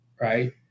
right